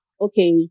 okay